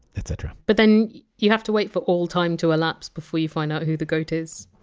etc. but then you have to wait for all time to elapse before you find out who the goat is.